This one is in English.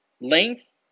length